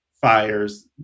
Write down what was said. fires